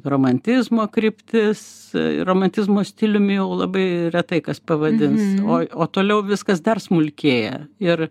romantizmo kryptis romantizmo stiliumi jau labai retai kas pavadins o o toliau viskas dar smulkėja ir